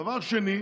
דבר שני,